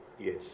Yes